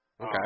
Okay